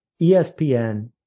ESPN